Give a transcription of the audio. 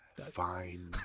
Fine